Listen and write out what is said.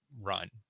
run